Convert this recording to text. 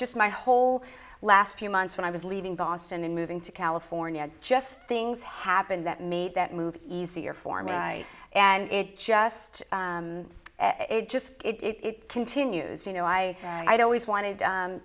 just my whole last few months when i was leaving boston and moving to california just things happened that made that move easier for me and it just it just it continues you know i had always wanted to